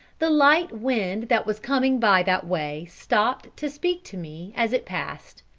the light wind that was coming by that way stopped to speak to me as it passed.